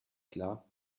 klar